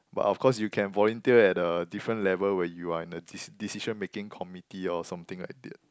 but of course you can volunteer at a different level where you are in a des~ decision making committee or something like that